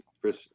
Chris